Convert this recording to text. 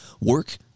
work